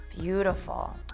Beautiful